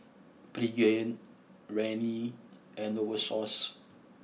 Pregain Rene and Novosource